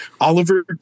Oliver